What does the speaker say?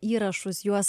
įrašus juos